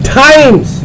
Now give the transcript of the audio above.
times